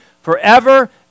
forever